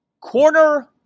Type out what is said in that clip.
corner